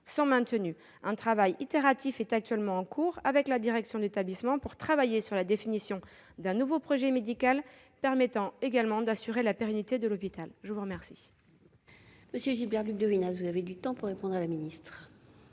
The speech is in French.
sont maintenues. Un travail itératif est actuellement en cours avec la direction de l'établissement pour travailler sur la définition d'un nouveau projet médical permettant d'assurer la pérennité de l'hôpital. La parole